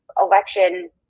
election